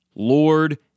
Lord